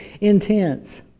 intense